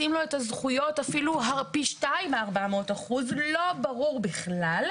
להתייחס לזכויות שניתנו בתמ"א 38 כאיזה שהוא בסיס ממנו מתחילים בקיבוע,